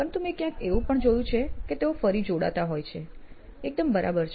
પરંતુ મેં ક્યાંક એવું પણ જોયું છે કે તેઓ ફરી જોડાતા હોય છે તો એકદમ બરાબર છે